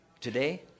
today